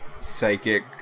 Psychic